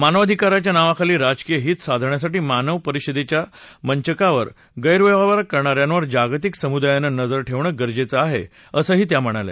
मानवाधिकारच्या नावाखाली राजकीय हित साधण्यासाठी मानव परिषदेच्या मंचापा गैरवापर करणार्यावर जागतिक समुदायानं नजर ठेवणं गरजेचं आहे असं त्या म्हणाल्या